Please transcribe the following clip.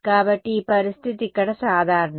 కాబట్టి ఈ పరిస్థితి ఇక్కడ సాధారణం